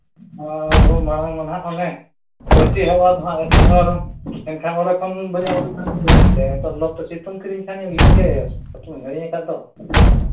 ᱟᱫᱚ ᱫᱚᱢᱮ ᱢᱟᱲᱟᱝ ᱫᱚ ᱦᱟᱸᱜ ᱚᱱᱮ ᱮᱹ ᱥᱤ ᱦᱟᱣᱟ ᱫᱚ ᱦᱟᱸᱜ ᱮᱥᱤ ᱦᱟᱥᱟ ᱫᱚ ᱮᱱᱠᱷᱟᱱ ᱚᱸᱰᱮ ᱠᱷᱚᱱ ᱵᱟᱹᱧ ᱚᱰᱚᱠ ᱞᱮᱱᱠᱷᱟᱱ ᱵᱟᱹᱧ ᱴᱷᱤᱠᱟᱹᱭᱟ ᱱᱤᱛᱚᱜ ᱥᱤᱛᱩᱝ ᱠᱮᱫᱤᱧ ᱠᱷᱟᱱ ᱩᱭᱦᱟᱹᱨ ᱠᱮᱫ ᱪᱟᱛᱚᱢ ᱤᱧ ᱦᱤᱲᱤᱧ ᱟᱠᱟᱫ ᱫᱚ